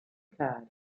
cari